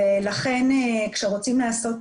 לכן כשרוצים לעשות